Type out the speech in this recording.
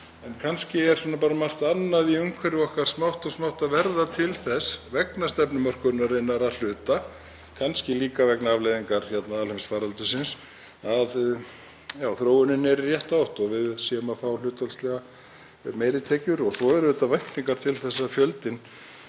En kannski er bara margt annað í umhverfi okkar smátt og smátt að verða til þess, vegna stefnumörkunarinnar að hluta, kannski líka vegna afleiðinga faraldursins, að þróunin er í rétta átt og við að fá hlutfallslega meiri tekjur. Svo eru auðvitað væntingar til þess að fjöldinn